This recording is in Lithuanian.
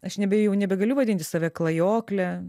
aš nebe jau nebegaliu vadinti save klajokle